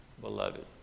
Beloved